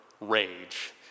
rage